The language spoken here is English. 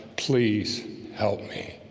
please help me